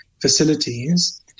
facilities